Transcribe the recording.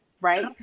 right